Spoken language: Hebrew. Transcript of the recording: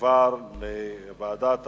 (תיקון מס' 24), התש"ע 2010, לוועדת העבודה,